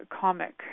comic